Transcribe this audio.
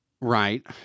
Right